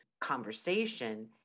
conversation